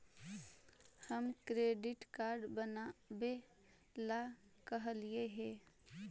हम credit card बनावे ला कहलिऐ हे?